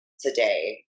today